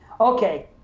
Okay